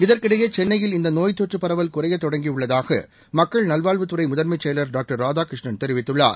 இதற்கிடையே சென்னையில் இந்த நோய் தொற்று பரவல் குறையத் தொடங்கியுள்ளதாக மக்கள் நல்வாழ்வுத்துறை முதன்மை செயலர் டாக்டர் ராதாகிருஷ்ணன் தெரிவித்துள்ளார்